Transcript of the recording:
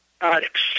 addicts